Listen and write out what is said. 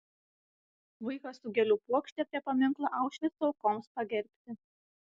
vaikas su gėlių puokšte prie paminklo aušvico aukoms pagerbti